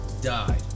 died